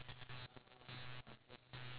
oh your very good looking face ah